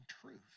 truth